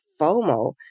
FOMO